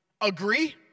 Agree